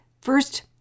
First